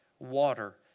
water